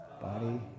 body